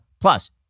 plus